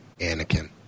Anakin